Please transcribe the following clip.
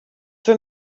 were